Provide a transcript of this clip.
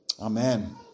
Amen